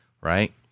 right